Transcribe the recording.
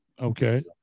Okay